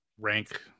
rank